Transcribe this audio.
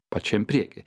pačiam prieky